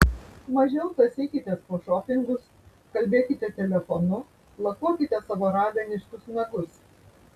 mažiau tąsykitės po šopingus kalbėkite telefonu lakuokite savo raganiškus nagus